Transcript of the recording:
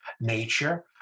nature